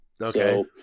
Okay